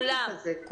כולם.